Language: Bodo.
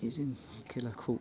बिदिनो खेलाखौ